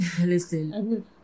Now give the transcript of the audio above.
listen